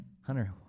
Hunter